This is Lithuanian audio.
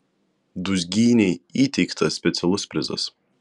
dūzgynei įteiktas specialus prizas